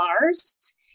Bars